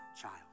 child